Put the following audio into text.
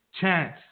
chance